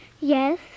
Yes